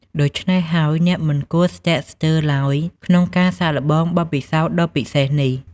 ដូច្នេះហើយ អ្នកមិនគួរស្ទាក់ស្ទើរឡើយក្នុងការសាកល្បងបទពិសោធន៍ដ៏ពិសេសនេះ។